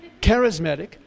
charismatic